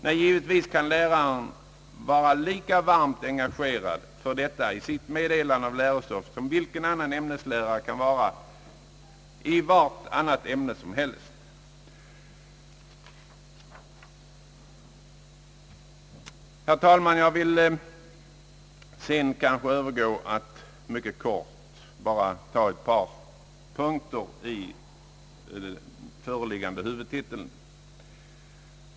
Nej, läraren kan givetvis vara lika varmt engagerad för detta sitt meddelande av lärostoffet som vilken annan ämneslärare som helst kan vara i varje annat ämne. Herr talman! Jag vill sedan övergå till att mycket kort beröra ett par punkter i föreliggande huvudtitel.